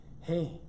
hey